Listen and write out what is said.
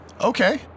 Okay